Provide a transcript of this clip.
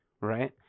right